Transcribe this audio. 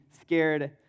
scared